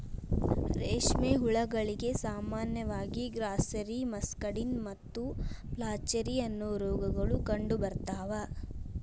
ರೇಷ್ಮೆ ಹುಳಗಳಿಗೆ ಸಾಮಾನ್ಯವಾಗಿ ಗ್ರಾಸ್ಸೆರಿ, ಮಸ್ಕಡಿನ್ ಮತ್ತು ಫ್ಲಾಚೆರಿ, ಅನ್ನೋ ರೋಗಗಳು ಕಂಡುಬರ್ತಾವ